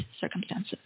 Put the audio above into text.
circumstances